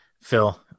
Phil